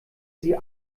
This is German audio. sie